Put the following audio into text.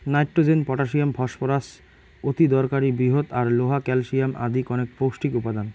nitrogen, potassium, phosphorus অতিদরকারী বৃহৎ আর লোহা, ক্যালশিয়াম আদি কণেক পৌষ্টিক উপাদান